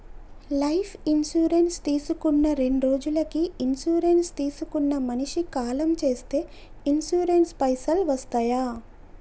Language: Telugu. లైఫ్ ఇన్సూరెన్స్ తీసుకున్న రెండ్రోజులకి ఇన్సూరెన్స్ తీసుకున్న మనిషి కాలం చేస్తే ఇన్సూరెన్స్ పైసల్ వస్తయా?